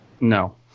no